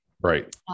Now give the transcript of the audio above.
Right